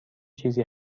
چیزی